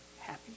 happy